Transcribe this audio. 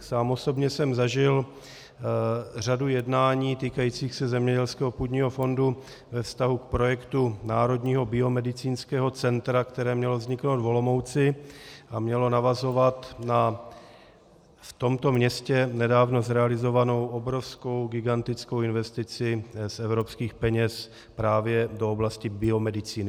Sám osobně jsem zažil řadu jednání týkajících se zemědělského půdního fondu ve vztahu k projektu Národního biomedicínského centra, které mělo vzniknout v Olomouci a mělo navazovat na v tomto městě nedávno zrealizovanou obrovskou, gigantickou investici z evropských peněz právě do oblasti biomedicíny.